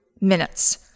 minutes